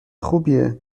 خوبیه